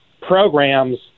programs